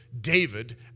David